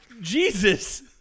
jesus